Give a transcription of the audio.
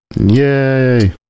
Yay